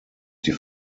die